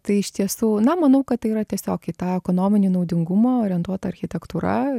tai iš tiesų na manau kad tai yra tiesiog į tą ekonominį naudingumą orientuota architektūra